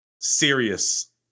serious